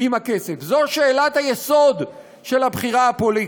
זו שאלת היסוד של הבחירה הפוליטית.